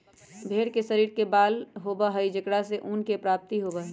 भेंड़ के शरीर पर बाल होबा हई जेकरा से ऊन के प्राप्ति होबा हई